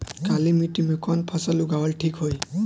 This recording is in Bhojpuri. काली मिट्टी में कवन फसल उगावल ठीक होई?